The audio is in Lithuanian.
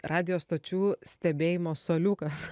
radijo stočių stebėjimo suoliukas